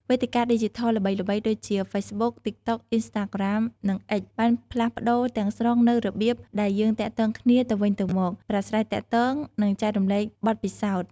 វេទិកាឌីជីថលល្បីៗដូចជា ហ្វេសប៊ុក ទីកតុក អ៊ីនស្តាក្រាម និង អិច បានផ្លាស់ប្ដូរទាំងស្រុងនូវរបៀបដែលយើងទាក់ទងគ្នាទៅវិញទៅមក ប្រាស្រ័យទាក់ទង និងចែករំលែកបទពិសោធន៍។